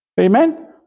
Amen